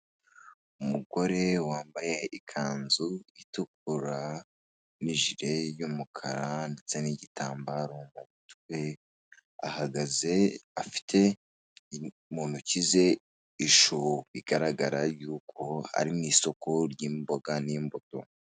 Umugore wambaye ikanzu itukura n'ijire y'umukara ndetse n'igitambaro mu mutwe ahagaze afite mu ntoki ze ishusho bigaragara y'uko ari mu isoko ry'imboga n'imbuto.